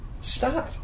Start